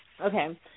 Okay